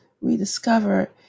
Rediscover